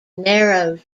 narrows